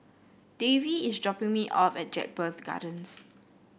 Davey is dropping me off at Jedburgh Gardens